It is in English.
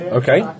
okay